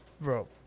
Bro